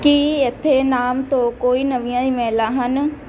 ਕੀ ਇੱਥੇ ਨਾਮ ਤੋਂ ਕੋਈ ਨਵੀਆਂ ਈਮੇਲਾਂ ਹਨ